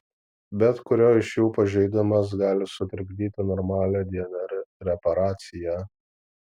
bet kurio iš jų pažeidimas gali sutrikdyti normalią dnr reparaciją